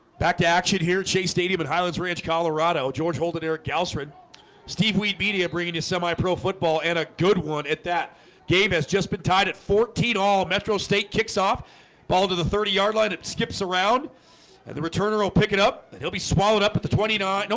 back to action here chase stadium in highlands ranch, colorado george holden erik alfred steve wheat media bringing his semi-pro football and a good one at that game has just been tied at fourteen all metro state kicks off ball to the thirty yard line it skips around and the returner will pick it up and he'll be swallowed up at the twenty nine. you know